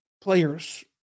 players